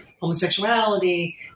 homosexuality